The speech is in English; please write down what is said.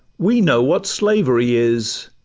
we know what slavery is,